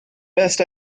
best